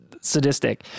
sadistic